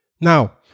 Now